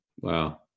wow